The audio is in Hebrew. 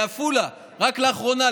לעפולה רק לאחרונה,